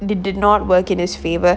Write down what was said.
it did not work it this way but